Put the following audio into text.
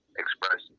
express